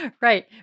right